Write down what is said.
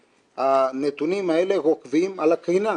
הנתונים האלה עוקבים על הקרינה,